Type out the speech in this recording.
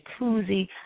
jacuzzi